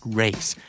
race